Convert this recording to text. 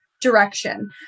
direction